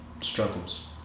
struggles